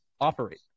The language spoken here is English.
operate